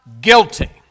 guilty